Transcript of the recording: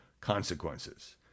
consequences